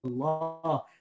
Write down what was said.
Allah